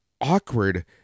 awkward